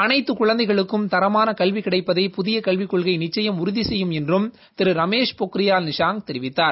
அனைத்து குழந்தைகளுக்கும் தரமாள கல்வி கிடைப்பதை புதிய கல்விக் கொள்கை நிச்சயம் உறுதி செய்யும் என்றும் திரு ரமேஷ் பொக்ரியல் நிஷாங் தெரிவித்தார்